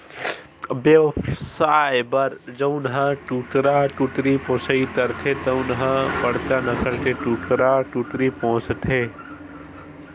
बेवसाय बर जउन ह कुकरा कुकरी पोसइ करथे तउन ह बड़का नसल के कुकरा कुकरी पोसथे